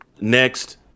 next